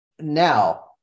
Now